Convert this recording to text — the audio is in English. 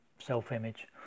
self-image